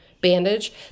bandage